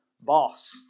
boss